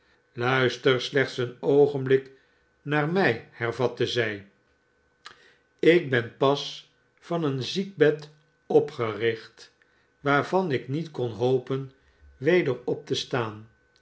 luister slechts een oogenblik naar mij hervatte zij ik ben pas van een ziekbed opgericht waarvan ik niet kon hopen weder op te staan